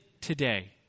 today